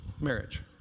Marriage